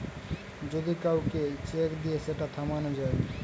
যদি কাউকে চেক দিয়ে সেটা থামানো যায়